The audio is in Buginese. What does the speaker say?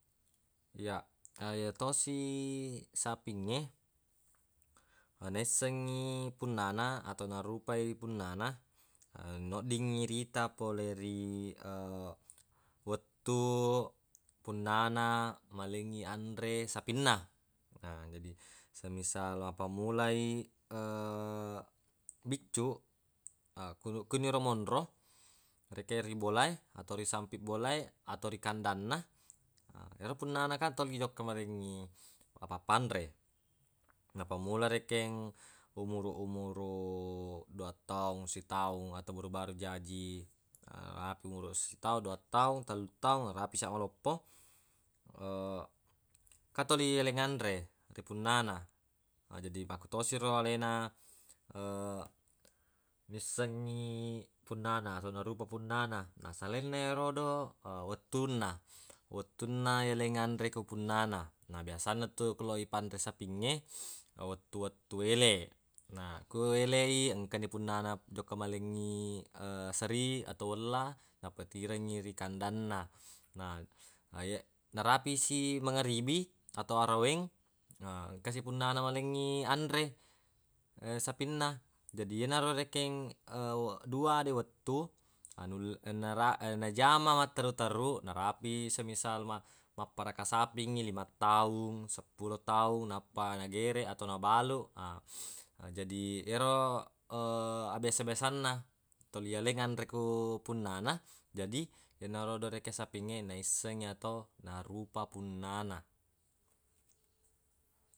Ya na yatosi sapingnge naissengngi punnana atau narupai punnana noddingngi rita pole ri wettu punnana malengngi anre sapinna na jadi semisal mappammulai biccuq kulu- kuniro monro rekeng ri bola e atau ri sampiq bola e atau ri kandanna yero punnana kan toli jokka marengngi apappanre mapamula rekeng umuruq-umuruq dua taung sitaung atau baru-baru jaji narapi umuruq sitaung duattaung telluttaung narapi sia maloppo kan toli yaleng anre ri punnana ma jadi makkutosi ro alena missengngi punnana atau narupa punnana na selainna ero do wettunna wettunna yaleng anre ko punnana na biasanna tu ko ipanre sapingnge wettu-wettu ele na ko ele i engkani punnana jokka malengngi seri atau wella nappa tirengngi ri kandanna na ye- narapi si megeribi atau araweng na engka si punnana malengngi anre sapinna jadi yenaro rekeng dua de wettu anu- nara- najama matterru-terru narapi semisal ma- mapparaka sapingnge limattaung seppulo taung nappa nagere atau nabalu na jadi ero abiasa-biasanna toli yaleng anre ko punnana jadi yenarodo rekeng sapingnge naisseng atau narupa punnana.